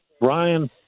Ryan